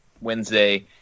Wednesday